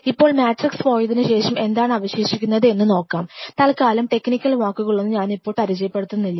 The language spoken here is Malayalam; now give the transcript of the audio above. ഇപ്പോൾ മാട്രിക്സ് പോയതിനുശേഷം എന്താണ് അവശേഷിക്കുന്നത് എന്ന് നോക്കാം തൽക്കാലം ടെക്നിക്കൽ വാക്കുകളൊന്നും ഞാനിപ്പോൾ പരിചയപ്പെടുത്തുന്നില്ല